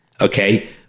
Okay